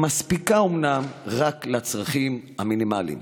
המספיקה אומנם רק לצרכים המינימליים.